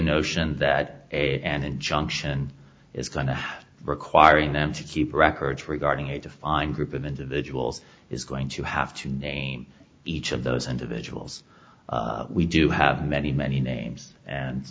notion that a an injunction is going to requiring them to keep records regarding a defined group of individuals is going to have to name each of those individuals we do have many many names and